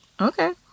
Okay